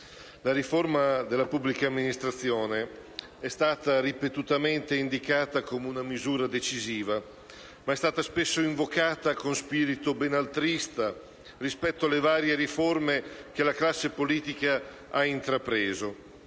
La riforma della pubblica amministrazione è stata ripetutamente indicata come una misura decisiva, ma è stata spesso invocata con spirito benaltrista rispetto alle varie riforme che la classe politica ha intrapreso.